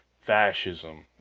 fascism